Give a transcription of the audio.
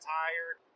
tired